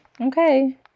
Okay